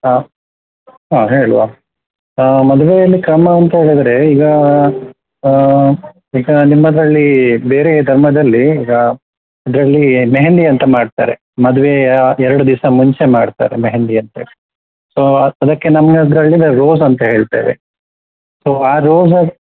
ಹಾಂ ಹಾಂ ಹೇಳುವ ಮದುವೆಯಲ್ಲಿ ಕ್ರಮ ಅಂತ ಹೇಳಿದ್ರೆ ಈಗ ಈಗ ನಿಮ್ಮದರಲ್ಲಿ ಬೇರೇ ಧರ್ಮದಲ್ಲಿ ಈಗ ಅದರಲ್ಲಿ ಮೆಹೆಂದಿ ಅಂತ ಮಾಡ್ತಾರೆ ಮದುವೆಯ ಎರಡು ದಿವಸ ಮುಂಚೆ ಮಾಡ್ತಾರೆ ಮೆಹೆಂದಿ ಅಂತೇಳಿ ಸೊ ಅದಕ್ಕೆ ನಮ್ಮದರಲ್ಲಿ ನಾವು ರೋಝ್ ಅಂತ ಹೇಳ್ತೇವೆ ಸೊ ಆ ರೋಝ